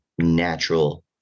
Natural